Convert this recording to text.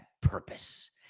purpose